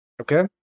okay